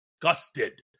disgusted